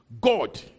God